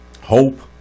Hope